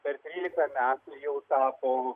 per trylika metų jau tapo